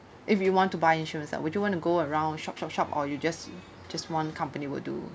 if you want to buy insurance ah would you want to go around shop shop shop or you just just one company will do